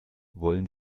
wollen